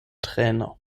trainer